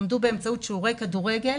למדו באמצעות שיעורי כדורגל